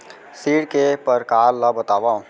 ऋण के परकार ल बतावव?